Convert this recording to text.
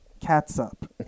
catsup